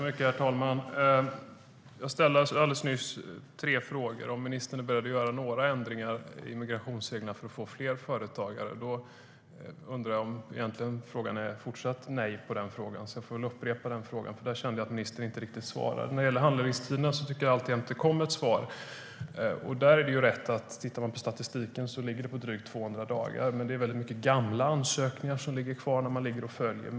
Herr talman! Jag ställde tre frågor till ministern, bland annat om han är beredd att göra några ändringar i migrationsreglerna för att få fler företagare. Är svaret fortfarande nej på den frågan? Jag får upprepa frågan, eftersom jag tyckte att ministern inte riktigt svarade på den. När det gäller handläggningstiderna tyckte jag att det kom ett svar. Det är riktigt att handläggningstiderna enligt statistiken är drygt 200 dagar. Det är dock många gamla ansökningar som ligger kvar som man följer.